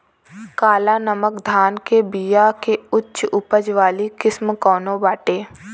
काला नमक धान के बिया के उच्च उपज वाली किस्म कौनो बाटे?